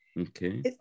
Okay